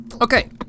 Okay